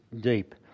deep